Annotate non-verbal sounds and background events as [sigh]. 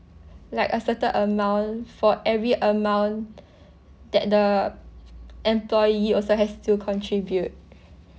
like a certain amount for every amount [breath] that the employee also has to contribute [breath]